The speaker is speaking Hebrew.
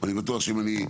אני בטוח שאם אני,